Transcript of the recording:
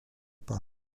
par